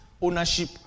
ownership